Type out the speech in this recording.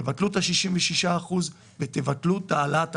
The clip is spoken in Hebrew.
תבטלו את ה-66 אחוזים ותבטלו את העלאת המס.